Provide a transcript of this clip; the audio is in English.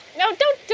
no, don't,